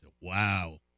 wow